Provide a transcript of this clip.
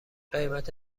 قیمت